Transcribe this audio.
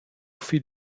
fil